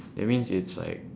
that means it's like